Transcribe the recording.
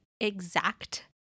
exact